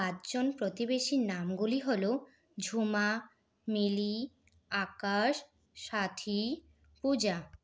পাঁচজন প্রতিবেশীর নামগুলি হল ঝুমা মিলি আকাশ সাথী পূজা